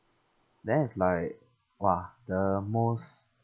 then is like !wah! the most